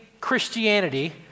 Christianity